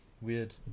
weird